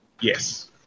Yes